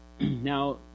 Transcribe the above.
Now